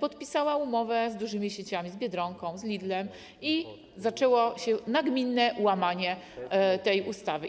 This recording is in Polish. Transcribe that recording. podpisała umowę z dużymi sieciami, z Biedronką, z Lidlem i zaczęło się nagminne łamanie tej ustawy.